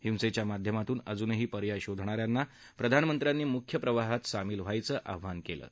हिंसेच्या माध्यमातून अजूनही पर्याय शोधणा यांना प्रधानमंत्र्यांनी मुख्य प्रवाहात सामिल व्हायचं आवाहन केलं आहे